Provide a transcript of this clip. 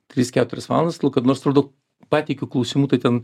tris keturias valandas kad nors atrodo pateikiu klausimų